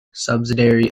subsidiary